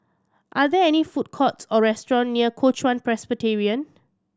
are there any food courts or restaurant near Kuo Chuan Presbyterian